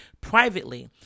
privately